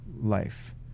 life